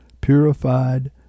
purified